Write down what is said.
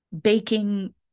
baking